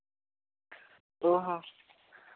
ᱚᱸᱻ ᱦᱚᱸ